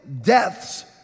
deaths